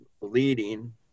leading